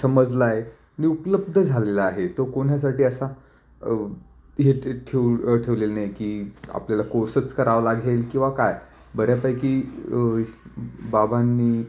समजला आहे आणि उपलब्ध झालेला आहे तो कोणासाठी असा हे ठेव ठेवलेलं नाही की आपल्याला कोर्सच करावं लागेल किंवा काय बऱ्यापैकी बाबांनी